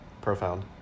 Profound